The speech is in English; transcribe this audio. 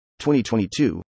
2022